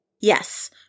Yes